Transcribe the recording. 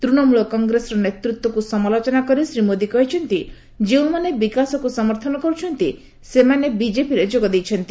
ତୃଣମୂଳ କଂଗ୍ରେସର ନେତୃତ୍ୱକୁ ସମାଲୋଚନା କରି ଶ୍ରୀ ମୋଦି କହିଛନ୍ତି ଯେଉଁମାନେ ବିକାଶକୁ ସମର୍ଥନ କରୁଛନ୍ତି ସେମାନେ ବିକେପିରେ ଯୋଗ ଦେଇଛନ୍ତି